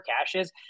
caches